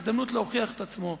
הזדמנות להוכיח את עצמו.